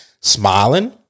Smiling